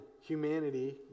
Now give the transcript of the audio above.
humanity